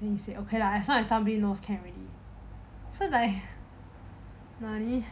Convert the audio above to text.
then he say okay lah as long as somebody knows can already so like